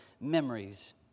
memories